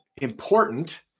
important